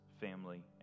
family